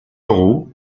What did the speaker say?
lorho